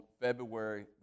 February